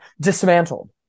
dismantled